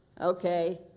Okay